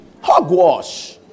Hogwash